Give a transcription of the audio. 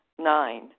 Nine